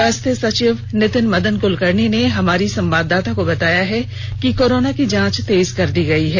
स्वास्थ्य सचिव नितिन मदन कुलकर्णी ने हमारी संवाददाता को बताया है कि कोरोना की जांच तेज कर दी गई है